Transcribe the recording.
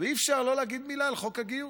ואי-אפשר שלא להגיד מילה על חוק הגיוס,